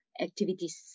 activities